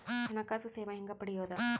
ಹಣಕಾಸು ಸೇವಾ ಹೆಂಗ ಪಡಿಯೊದ?